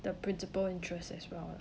the principal interest as well